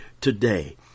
today